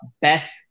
best